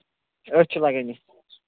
أتھۍ چھُ لگان یہِ